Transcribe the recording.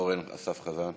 אורן אסף חזן,